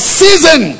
season